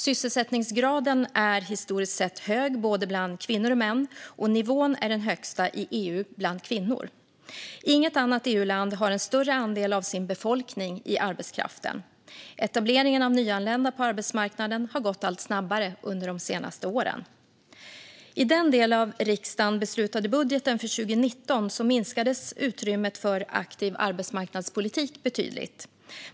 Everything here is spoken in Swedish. Sysselsättningsgraden är historiskt sett hög bland både kvinnor och män, och nivån är den högsta i EU bland kvinnor. Inget annat EU-land har en större andel av sin befolkning i arbetskraften. Etableringen av nyanlända på arbetsmarknaden har gått allt snabbare under de senaste åren. I den av riksdagen beslutade budgeten för 2019 minskades utrymmet för aktiv arbetsmarknadspolitik betydligt.